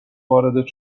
وارد